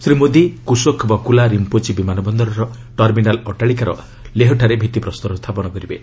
ଶ୍ରୀ ମୋଦି କୁଶୋଖ୍ ବକୁଲା ରିମ୍ପୋଚି ବିମାନ ବନ୍ଦରର ଟର୍ମିନାଲ୍ ଅଟ୍ଟାଳିକାର ଲେହଠାରେ ଭିଭିପ୍ରସ୍ତର ସ୍ଥାପନ କରିବେ